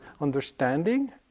understanding